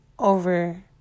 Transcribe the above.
over